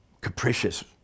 capricious